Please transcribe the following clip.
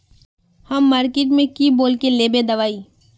हम मार्किट में की बोल के लेबे दवाई?